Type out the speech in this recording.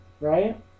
Right